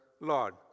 Lord